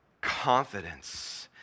Confidence